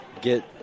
get –